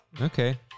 okay